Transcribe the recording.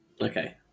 okay